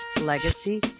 Legacy